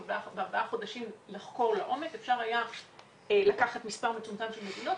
אבל בארבעה חודשים לחקור לעומק אפשר היה לקחת מספר מצומצם של מדינות.